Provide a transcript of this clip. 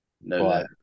No